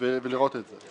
ולראות את זה.